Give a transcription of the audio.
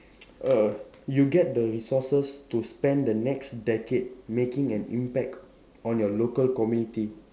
err you get the resources to spend the next decade making an impact on your local community